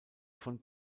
von